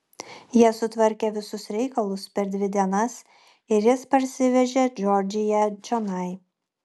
jie sutvarkė visus reikalus per dvi dienas ir jis parsivežė džordžiją čionai